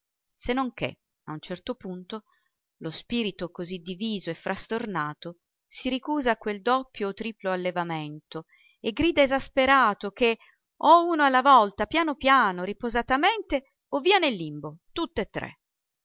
non che a un certo punto lo spirito così diviso e frastornato si ricusa a quel doppio o triplo allevamento e grida esasperato che o uno alla volta piano piano riposatamente o via nel limbo tutt'e tre